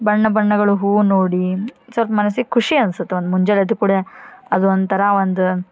ಬಣ್ಣ ಬಣ್ಣಗಳ ಹೂವನ್ ನೋಡಿ ಸಲ್ಪ ಮನ್ಸಿಗೆ ಖುಷಿ ಅನ್ಸತ್ತೆ ಒಂದು ಮುಂಜಾನ್ ಎದ್ದ ಕುಡೆ ಅದು ಒಂಥರ ಒಂದು